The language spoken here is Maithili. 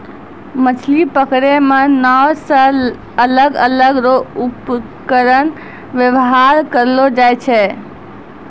मछली पकड़ै मे नांव से अलग अलग रो उपकरण वेवहार करलो जाय छै